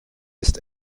ist